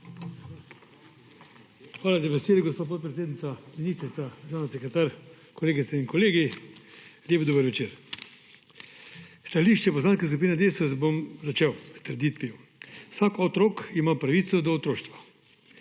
Hvala za besedo, gospa podpredsednica. Ministrica, državni sekretar, kolegice in kolegi, lep dober večer! Stališče Poslanske skupine Desus bom začel s trditvijo. Vsak otrok ima pravico do otroštva.